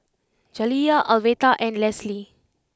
Jaliyah Alverta and Lesly